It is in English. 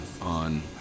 on